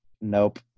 nope